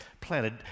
planted